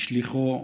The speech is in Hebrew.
לשליחו,